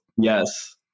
Yes